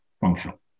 functional